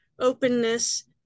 openness